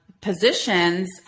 positions